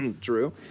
True